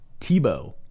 Tebow